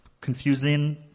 confusing